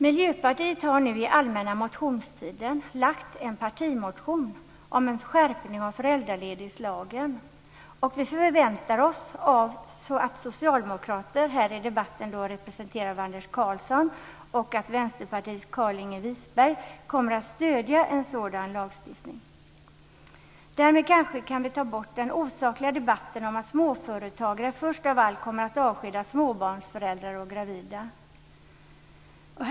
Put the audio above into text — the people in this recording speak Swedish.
Miljöpartiet har under allmänna motionstiden lagt fram en partimotion om en skärpning av föräldraledighetslagen. Vi förväntar oss att Socialdemokraterna, här i debatten representerade av Anders Karlsson, och Vänsterpartiets Carlinge Wisberg kommer att stödja en sådan lagstiftning. Därmed kan vi kanske ta bort den osakliga debatten om att småföretagare först av allt kommer att avskeda småbarnsföräldrar och gravida. Fru talman!